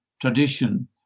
tradition